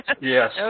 Yes